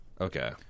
Okay